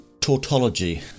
tautology